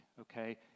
okay